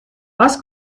was